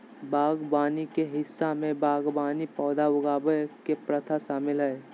बागवानी के हिस्सा में बागवानी पौधा उगावय के प्रथा शामिल हइ